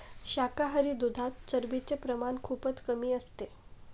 शाकाहारी दुधात चरबीचे प्रमाण खूपच कमी असते